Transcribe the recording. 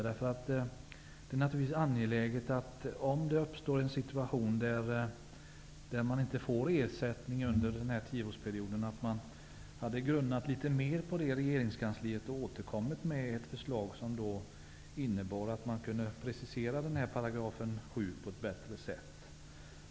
Det hade naturligtvis varit angeläget att man i regeringskansliet hade grunnat litet mer på möjligheten att det under den här tioårsperioden uppstår en situation där man inte får ersättning och återkommit med ett förslag där 7 § preciserats på ett bättre sätt.